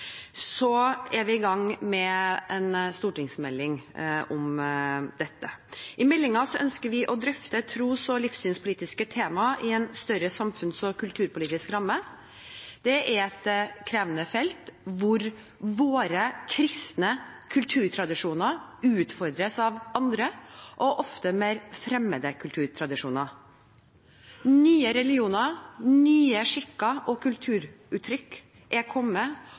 er vi i gang med en stortingsmelding om dette. I meldingen ønsker vi å drøfte tros- og livssynspolitiske tema i en større samfunns- og kulturpolitisk ramme. Det er et krevende felt, hvor våre kristne kulturtradisjoner utfordres av andre og ofte mer fremmede kulturtradisjoner. Nye religioner, nye skikker og kulturuttrykk er kommet